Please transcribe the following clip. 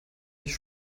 dich